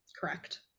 correct